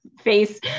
face